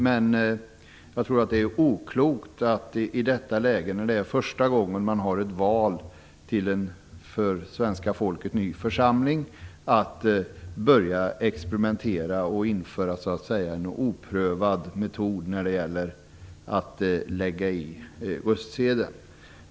Jag tror dock att det är oklokt att i detta läge - när det gäller en för det svenska folket ny församling - börja experimentera och införa en oprövad metod för röstning.